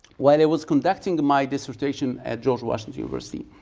while i was conducting my dissertation at george washington university,